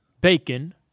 bacon